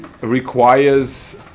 requires